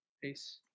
Peace